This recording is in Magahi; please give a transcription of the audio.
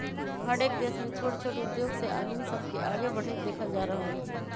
हरएक देश में छोट छोट उद्धोग से आदमी सब के आगे बढ़ईत देखल जा रहल हई